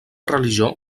religió